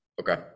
Okay